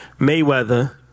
Mayweather